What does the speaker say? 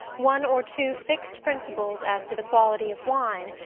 one or two fixed principles as to the quality of wine,